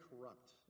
corrupt